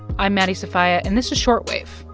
i'm maddie sofia, and this is short wave,